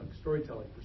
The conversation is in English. storytelling